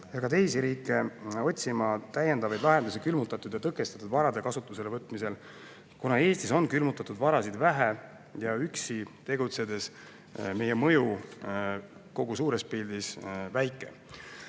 aga ka teisi riike otsima täiendavaid lahendusi külmutatud ja tõkestatud varade kasutusele võtmisel. Kuna Eestis on külmutatud varasid vähe ja üksi tegutsedes on meie mõju kogu suures pildis väike,